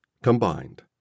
Combined